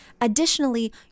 additionally